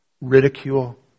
ridicule